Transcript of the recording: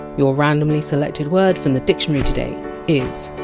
your randomly selected word from the dictionary today is!